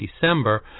December